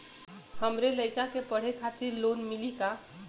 हमरे लयिका के पढ़े खातिर लोन मिलि का?